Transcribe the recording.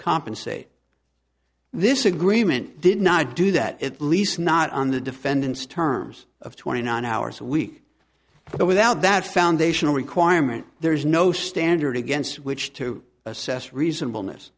compensate this agreement did not do that at least not on the defendant's terms of twenty nine hours a week but without that foundational requirement there is no standard against which to assess reasonable